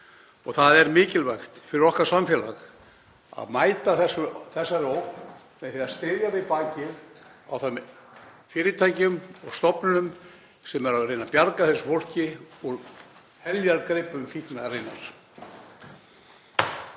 Það er mikilvægt fyrir okkar samfélag að mæta þessari ógn með því að styðja við bakið á þeim fyrirtækjum og stofnunum sem eru að reyna að bjarga þessu fólki úr heljargreipum fíknarinnar.